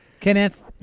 Kenneth